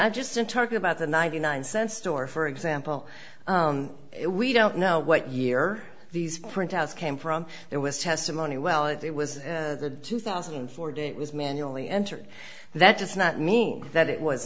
i just didn't talk about the ninety nine cent store for example we don't know what year these printouts came from there was testimony well it was the two thousand and four day it was manually entered that does not mean that it was